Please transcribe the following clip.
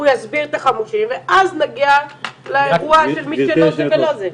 את החמושים ואז נגיע לאירוע של מי שלא זה ולא זה.